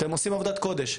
אתם עושים עבודת קודש.